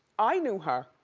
i knew her.